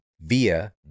via